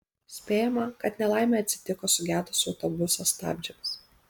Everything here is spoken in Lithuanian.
spėjama kad nelaimė atsitiko sugedus autobuso stabdžiams